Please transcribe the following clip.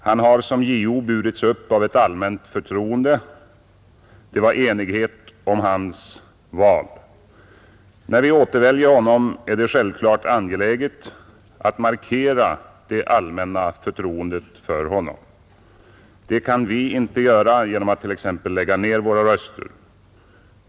Han har som JO burits upp av ett allmänt förtroende. Det var enighet om hans val. När vi återväljer honom är det självklart angeläget att markera det allmänna förtroendet för honom. Det kan vi inte göra genom att t.ex. lägga ned våra röster.